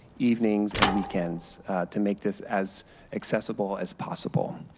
evenings and weekends to make this as accessible as possible.